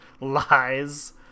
lies